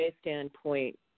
standpoint